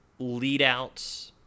leadouts